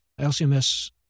LCMS